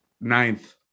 Ninth